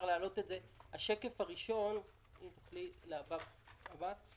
השקף הראשון הוא מבט על שוק